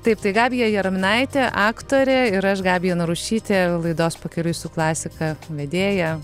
taip tai gabija jaraminaitė aktorė ir aš gabija narušytė laidos pakeliui su klasika vedėja